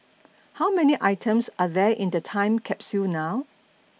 how many items are there in the time capsule now